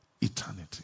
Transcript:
eternity